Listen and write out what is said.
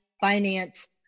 finance